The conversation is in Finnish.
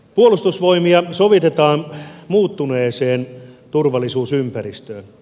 puolustusvoimia sovitetaan muuttuneeseen turvallisuusympäristöön